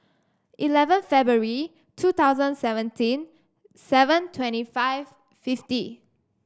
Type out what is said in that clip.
eleven February two thousand seventeen seven twenty five fifty